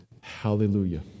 Hallelujah